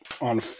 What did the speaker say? on